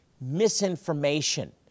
misinformation